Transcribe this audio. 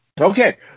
Okay